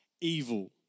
evil